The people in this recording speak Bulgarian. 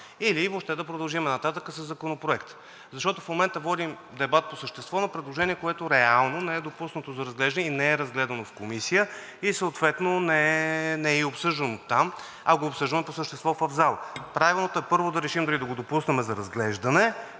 или въобще да продължим нататък със Законопроекта. В момента водим дебат по същество на предложение, което реално не е допуснато за разглеждане и не е разгледано в Комисията, съответно не е и обсъждано там, а го обсъждаме по същество в залата. Правилното е, първо, да решим дали да го допуснем за разглеждане.